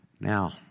Now